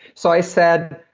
so i said,